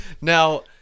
Now